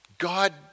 God